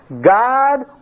God